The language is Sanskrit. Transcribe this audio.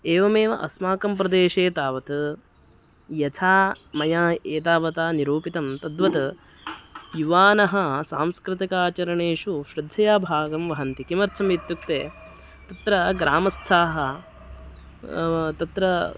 एवमेव अस्माकं प्रदेशे तावत् यथा मया एतावता निरूपितं तद्वत् युवानः सांस्कृतिकाचरणेषु श्रद्धया भागं वहन्ति किमर्थम् इत्युक्ते तत्र ग्रामस्थाः तत्र